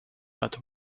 but